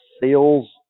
sales